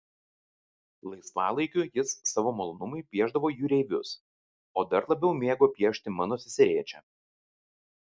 laisvalaikiu jis savo malonumui piešdavo jūreivius o dar labiau mėgo piešti mano seserėčią